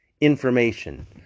Information